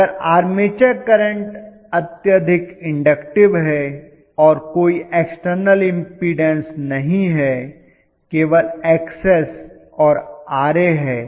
अगर armature current अत्यधिक inductive है और कोई एक्सटर्नल इम्पीडन्स नहीं है केवल Xs है और Ra है